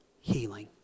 healing